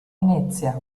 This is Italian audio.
venezia